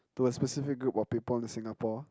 to a specific group of people in Singapore